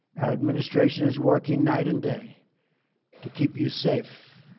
our administration is working night and day to keep you safe